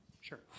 sure